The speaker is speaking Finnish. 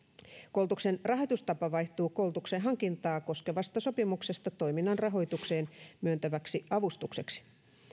koulutuksen rahoitustapa vaihtuu koulutuksen hankintaa koskevasta sopimuksesta toiminnan rahoitukseen myönnettäväksi avustukseksi